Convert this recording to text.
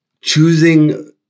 choosing